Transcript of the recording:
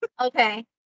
Okay